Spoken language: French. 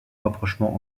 rapprochement